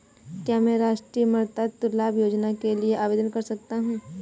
क्या मैं राष्ट्रीय मातृत्व लाभ योजना के लिए आवेदन कर सकता हूँ?